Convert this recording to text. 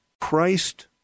Christ